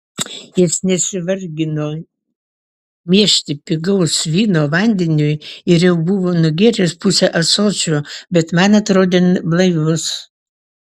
jis nesivargino miešti pigaus vyno vandeniu ir jau buvo nugėręs pusę ąsočio bet man atrodė blaivus